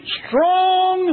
strong